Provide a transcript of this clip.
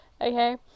Okay